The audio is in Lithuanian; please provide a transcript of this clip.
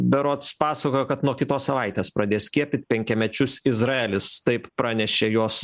berods pasakojo kad nuo kitos savaitės pradės skiepyt penkiamečius izraelis taip pranešė jos